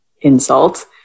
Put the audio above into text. insult